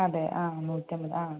അതെ ആ നൂറ്റമ്പത് ആ